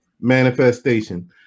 manifestation